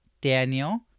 Daniel